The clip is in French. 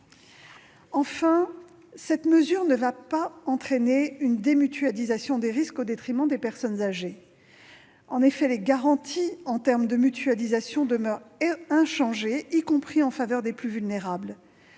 Enfin, cette mesure ne va pas entraîner une démutualisation des risques au détriment des personnes âgées. Les garanties en termes de mutualisation seront inchangées, y compris en faveur des plus vulnérables